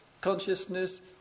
consciousness